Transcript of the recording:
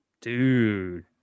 Dude